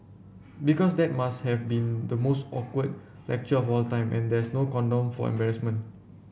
because that must have been the most awkward lecture of all time and there's no condom for embarrassment